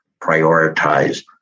prioritize